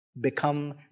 become